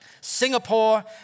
Singapore